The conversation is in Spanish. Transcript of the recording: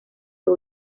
fue